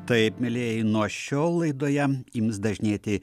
taip mielieji nuo šiol laidoje ims dažnėti